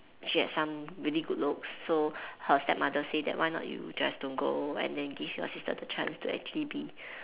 she had some really good looks so her stepmother said that why not you just don't go and then give your sister the chance to actually be